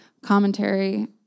commentary